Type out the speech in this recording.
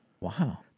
Wow